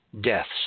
deaths